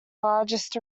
largest